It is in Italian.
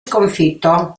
sconfitto